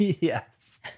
Yes